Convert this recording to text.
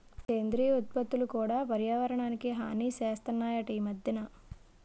సేంద్రియ ఉత్పత్తులు కూడా పర్యావరణానికి హాని సేస్తనాయట ఈ మద్దెన